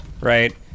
right